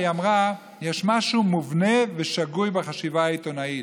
היא אמרה: יש משהו מובנה ושגוי בחשיבה העיתונאית.